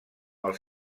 els